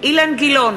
אילן גילאון,